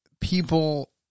people